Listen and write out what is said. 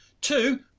Two